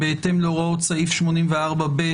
בהתאם להוראות סעיף 84(ב)